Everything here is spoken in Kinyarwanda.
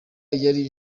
yari